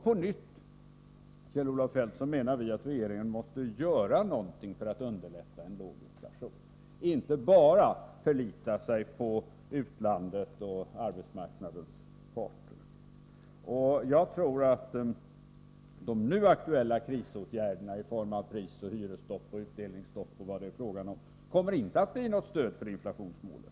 På nytt, Kjell-Olof Feldt: Vi menar att regeringen måste göra någonting för att underlätta en låg inflation, inte bara förlita sig på utlandet och på arbetsmarknadens parter. Jag tror att de nu aktuella krisåtgärderna i form av prisoch hyresstopp, utdelningsstopp osv. inte kommer att utgöra något stöd för inflationsmålet.